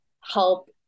Help